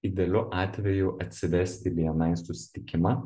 idealiu atveju atsivesti į bni susitikimą